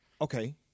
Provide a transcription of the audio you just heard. okay